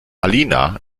alina